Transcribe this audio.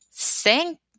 Thank